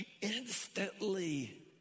Instantly